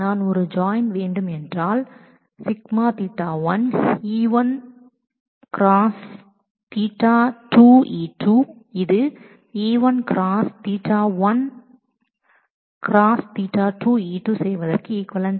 நான் ஒரு join σƟ1E1⋈Ɵ2E2 வைத்திருந்தேன்என்றால் இது E1⋈ Ɵ1 Ɵ2 E2 செய்வதற்கு ஈக்விவலெண்ட்